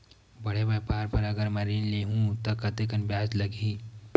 बड़े व्यापार बर अगर मैं ऋण ले हू त कतेकन ब्याज लगही?